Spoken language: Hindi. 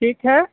ठीक है